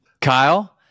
kyle